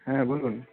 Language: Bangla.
হ্যাঁ বলুন